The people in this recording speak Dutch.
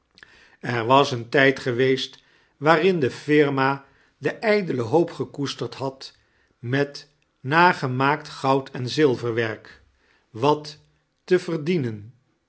er was een tijd geweest waarin de firma de ijdele hoop gekoesterd had met nagemaakt goud en zilverwerk wat te verdienen